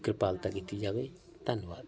ਕਿਰਪਾਲਤਾ ਕੀਤੀ ਜਾਵੇ ਧੰਨਵਾਦ